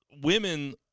women